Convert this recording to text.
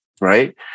right